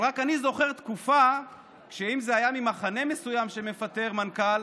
אבל רק אני זוכר תקופה שאם זה היה ממחנה מסוים שמפטר מנכ"ל,